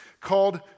called